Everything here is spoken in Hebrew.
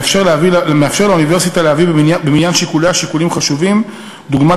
מאפשר לאוניברסיטה להביא במניין שיקוליה שיקולים חשובים דוגמת